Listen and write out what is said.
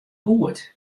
goed